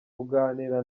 kuganira